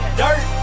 dirt